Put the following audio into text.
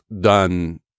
done